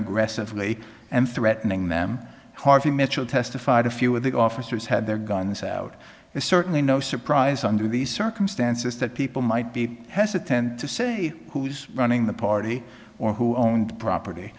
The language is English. aggressively and threatening them harvey mitchell testified a few of the officers had their guns out there certainly no surprise under these circumstances that people might be hesitant to say who's running the party or who owned property